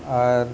ଆର୍